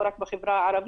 לא רק בחברה הערבית,